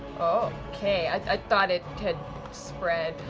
okay, i thought it had spread,